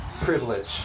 Privilege